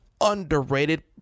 underrated